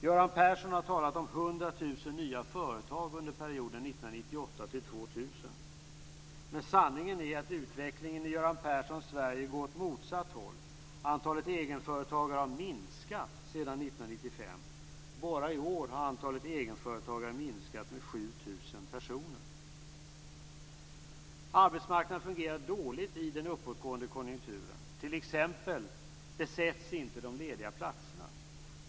Göran Persson har talat om 100 000 nya företag under perioden 1998-2000. Men sanningen är att utvecklingen i Göran Perssons Sverige går åt motsatt håll. Antalet egenföretagare har minskat sedan 1995. Bara i år har antalet egenföretagare minskat med 7 000. Arbetsmarknaden fungerar dåligt i den uppåtgående konjunkturen. T.ex. besätts inte de lediga platserna.